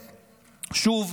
שוב,